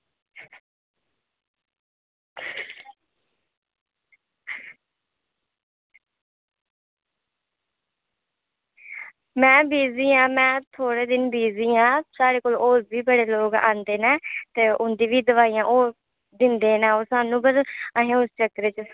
में बिज़ी ऐं थोह्ड़े दिन बिज़ी ऐं साढ़े कोल होर बी बड़े लोग आंदे न उंदी बी दोआइयां होर दिंदे न ते स्हानू उस चक्करें च